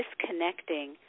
disconnecting